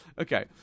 Okay